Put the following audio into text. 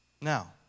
Now